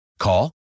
Call